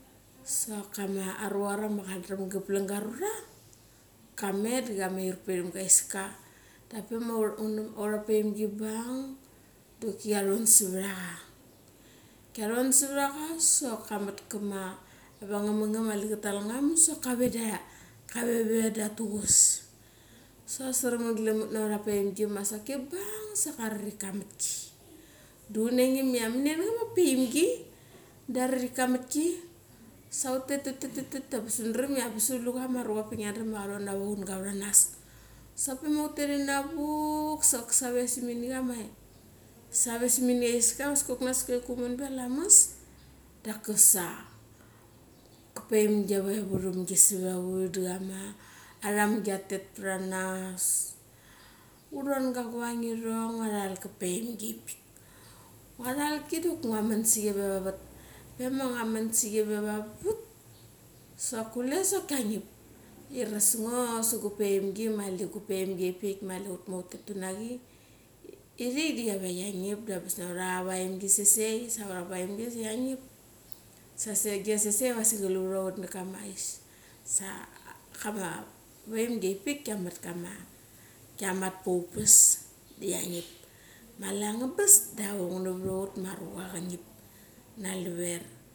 Sok kama arucha krakma kadram ka plang go arura, kamet da kameir pe iramgu aiska. Dak pe ma ura paemgi ki bang doki kia ron savat racha. Kia ron savat racha. Kia ron sarat racha sok kamat ava ngamangam mali ka tal ngam, sok kave we do turas, sok sraman glam ut navat aura vaemgi ma ki bang sok aririk ka mat ki. Da unangim ia minia nachama aemgi diwa aririk ka mat ki? Sa utet, utet, utet, da angabas undram ia angabas ulu chamarucha avak pik ia ngia dram ia karon kama unga vanas. Sa pe ma utet inavuk, sok save simini aiska, ma askaiku uman bea lamas, da kasa ka vaemgi, kiawe puramgi sava ra ut dachama aramgi kiatet para nas. Uron ga kama guang irong ngoa ral ka valemgi vaik pik. Ngua ralki doki ngoa man sachi re va vat. Pe ma ngua man sachi ve vavet sok kule sok kia ngip. Iras ngo su gu aemgi, i mali gu vaemg avaik pik i mali umo utet una chi. Irik di chiave kia ngip da angabas na ura nga vaemgi sasei. Sa ura vaemgi sa kia ngip. Sasik agi sesei diwa kaluvra ut navat kama ais. Dak kama vaemgi avaik pik di kiamat pra ut vas di chia ngip. Mali angabas da aung navat ra ut ma arucha ka ngip na luver.